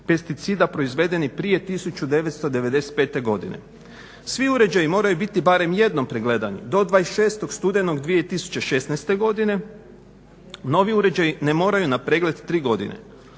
pesticida proizvedeni prije 1995. godine. Svi uređaji moraju biti barem jednom pregledani do 26. studenog 2016. godine, novi uređaji ne moraju na pregled 3 godine.